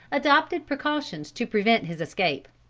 adopted precautions to prevent his escape.